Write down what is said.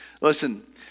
Listen